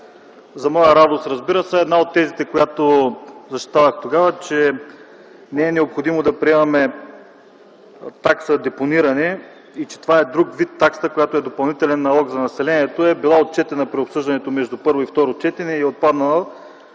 За моя радост една от тезите, която защитавах тогава – че не е необходимо да приемаме такса депониране и че това е друг вид такса, която е допълнителен налог за населението, е била отчетена при обсъждането между първо и второ четене и е отпаднала.